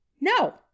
no